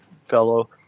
fellow